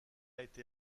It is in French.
été